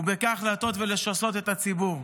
ובכך להטעות ולשסות את הציבור.